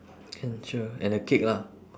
can sure and the cake lah